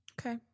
Okay